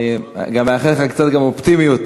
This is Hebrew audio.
אני גם מאחל לך קצת אופטימיות,